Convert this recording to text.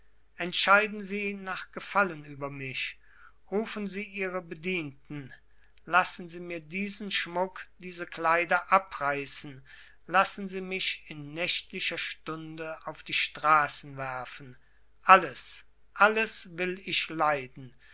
entscheiden sie nach gefallen über mich rufen sie ihre bedienten lassen sie mir diesen schmuck diese kleider abreißen lassen sie mich in nächtlicher stunde auf die straßen werfen alles alles will ich leiden